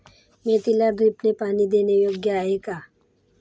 मेथीला ड्रिपने पाणी देणे योग्य आहे का?